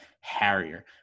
Harrier